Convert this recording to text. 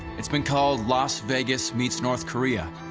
it's been called las vegas meets north korea.